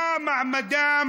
מה מעמדם